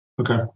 Okay